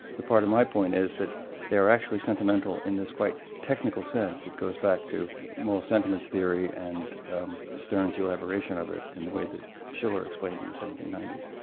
but part of my point is that they're actually sentimental in this quite technical sense that goes back to moral sentiments theory and sterne's elaboration of it in the way that schiller explained in the seventeen ninety s.